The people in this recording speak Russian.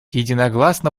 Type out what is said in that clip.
единогласно